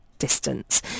distance